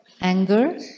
Anger